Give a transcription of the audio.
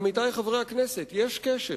עמיתי חברי הכנסת, יש קשר